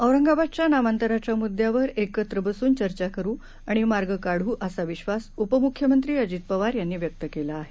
औरंगाबादच्या नामांतराच्या मुद्यावर एकत्र बसून चर्चा करु आणि मार्ग काढू असा विश्वास उपमुख्यमंत्री अजित पवार यांनी व्यक्त केला आहे